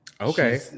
Okay